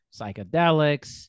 psychedelics